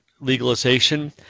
legalization